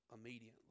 immediately